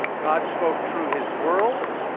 god spoke through his world,